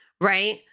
Right